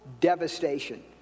devastation